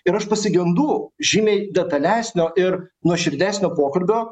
ir aš pasigendu žymiai detalesnio ir nuoširdesnio pokalbio